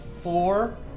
four